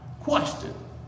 Question